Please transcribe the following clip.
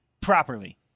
properly